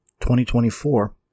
2024